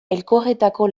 elkorretako